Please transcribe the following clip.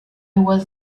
was